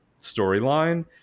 storyline